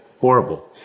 horrible